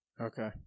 Okay